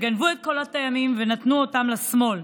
גנבו את קולות הימין ונתנו אותם לשמאל.